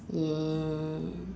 ya